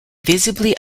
visibly